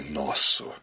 nosso